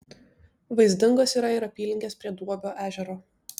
vaizdingos yra ir apylinkės prie duobio ežero